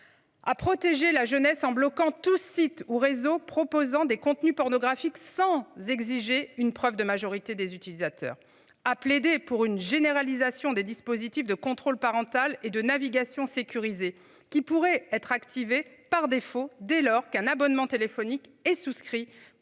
À protéger la jeunesse en bloquant tous sites ou réseaux proposant des contenus pornographiques sans exiger une preuve de majorité des utilisateurs à plaider pour une généralisation des dispositifs de contrôle parental et de navigation sécurisée qui pourrait être activé par défaut. Dès lors qu'un abonnement téléphonique est souscrit